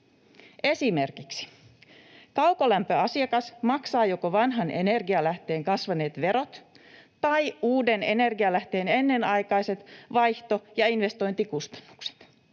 Esimerkiksi: Kaukolämpöasiakas maksaa joko vanhan energialähteen kasvaneet verot tai uuden energialähteen ennenaikaiset vaihto‑ ja investointikustannukset.